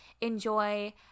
enjoy